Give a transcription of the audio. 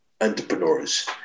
entrepreneurs